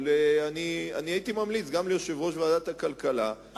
אבל הייתי ממליץ גם ליושב-ראש ועדת הכלכלה לקיים דיון.